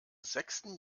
sechsten